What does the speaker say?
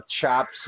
Chops